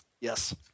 Yes